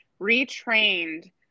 retrained